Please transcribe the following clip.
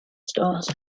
stores